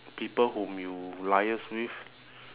people whom you liaise with